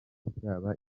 byaba